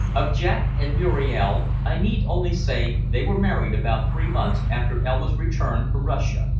of jack and muriel i need only say they were married about three months after elma's return from russia,